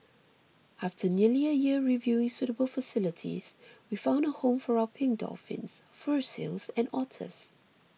after nearly a year reviewing suitable facilities we found a home for our pink dolphins fur seals and otters